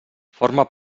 forma